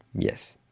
yes,